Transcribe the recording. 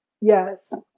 Yes